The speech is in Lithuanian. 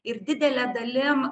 ir didele dalim